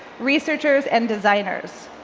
researchers, and designers.